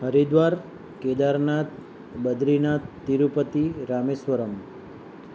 Haridwar Kedarnath Badrinath Tirupati Rameswaram